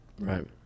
right